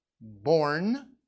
born